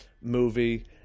movie